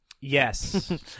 Yes